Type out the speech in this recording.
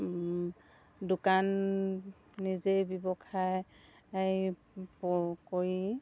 দোকান নিজেই ব্যৱসায় কৰি